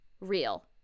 real